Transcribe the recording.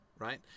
right